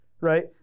right